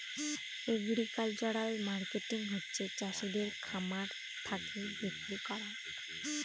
agricultural marketing হচ্ছে চাষিদের খামার থাকে বিক্রি করা